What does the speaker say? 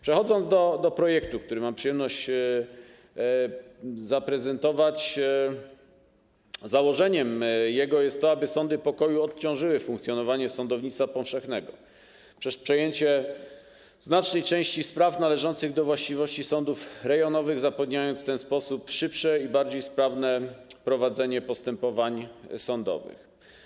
Przechodząc do projektu, który mam przyjemność zaprezentować, powiem, że jego założeniem jest to, aby sądy pokoju odciążyły sądownictwo powszechne poprzez przejęcie znacznej części spraw należących do właściwości sądów rejonowych, zapewniając w ten sposób szybsze i bardziej sprawne prowadzenie postępowań sądowych.